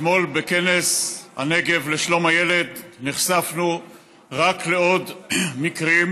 אתמול בכנס הנגב לשלום הילד נחשפנו לעוד מקרים,